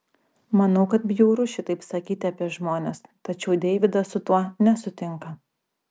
manau kad bjauru šitaip sakyti apie žmones tačiau deividas su tuo nesutinka